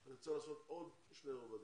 צריך לעשות עוד שני רבדים.